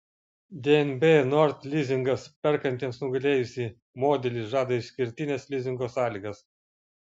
dnb nord lizingas perkantiems nugalėjusį modelį žada išskirtines lizingo sąlygas